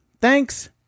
Thanks